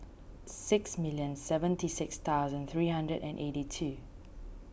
six million seventy six thousand three hundred and eighty two